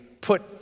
put